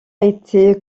été